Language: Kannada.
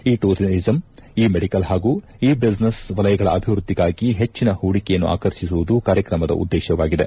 ಇ ಟೂರಿಸಮ್ ಇ ಮೆಡಿಕಲ್ ಹಾಗೂ ಇ ಬ್ಯುಸಿನೆಸ್ ವಲಯಗಳ ಅಭಿವ್ಯದ್ದಿಗಾಗಿ ಹೆಜ್ಜಿನ ಹೂಡಿಕೆಯನ್ನು ಆಕರ್ಷಿಸುವುದು ಕಾರ್ಯಕ್ರಮದ ಉದ್ದೇಶವಾಗಿದೆ